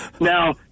Now